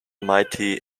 mighty